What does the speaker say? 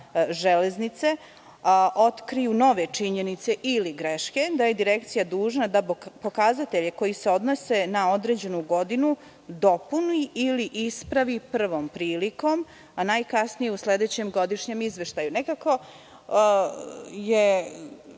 železnice otkriju nove činjenice ili greške, da je Direkcija dužna da pokazatelje koji se odnose na određenu godinu dopuni ili ispravi prvom prilikom, a najkasnije u sledećem godišnjem izveštaju. Predlagač je